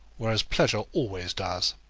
whereas pleasure always does.